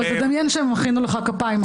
אבל תדמיין שמחאנו לך כפיים עכשיו.